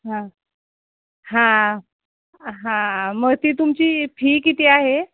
हां हां हां मग ती तुमची फी किती आहे